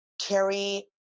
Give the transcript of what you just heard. Carrie